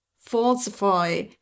falsify